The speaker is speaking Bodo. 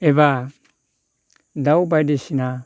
एबा दाउ बायदिसिना